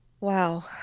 Wow